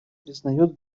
признает